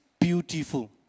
beautiful